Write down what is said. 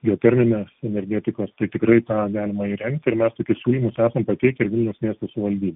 geoterminės energetikos tai tikrai tą galima įrengti ir mes tokius siūlymus esam pateikę ir vilniaus miesto savaldybei